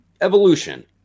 evolution